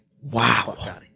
wow